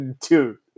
Two